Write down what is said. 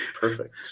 perfect